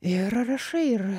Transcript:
ir rašai ir